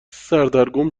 سردرگم